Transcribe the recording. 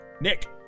Nick